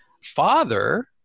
Father